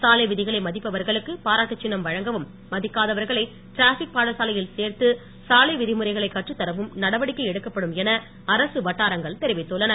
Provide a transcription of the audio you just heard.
சாலை விதிகளை மதிப்பவர்களுக்கு பாராட்டுச்சின்னம் வழங்கவும் மதிக்காதவர்களை டிராபிக் பாடசாலையில் சேர்த்து சாலை விதிமுறைகளை கற்றுத்தாவும் நடவடிக்கை எடுக்கப்படும் என அரசு வட்டாரங்கள் தெரிவித்துள்ளன